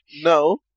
no